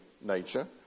nature